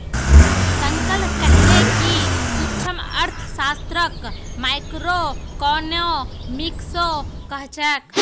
शंकर कहले कि सूक्ष्मअर्थशास्त्रक माइक्रोइकॉनॉमिक्सो कह छेक